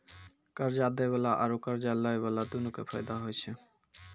कर्जा दै बाला आरू कर्जा लै बाला दुनू के फायदा होय छै